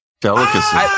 Delicacy